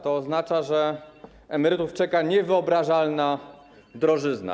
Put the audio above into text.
To oznacza, że emerytów czeka niewyobrażalna drożyzna.